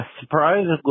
surprisingly